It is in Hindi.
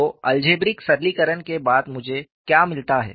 तो अलजेब्रिक सरलीकरण के बाद मुझे क्या मिलता है